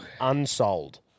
Unsold